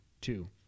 two